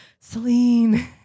Celine